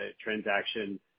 transaction